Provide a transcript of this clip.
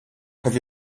have